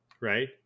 right